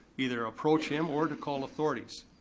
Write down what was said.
either approach him or to call authorities.